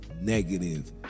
negative